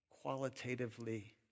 qualitatively